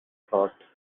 thought